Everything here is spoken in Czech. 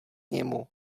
němu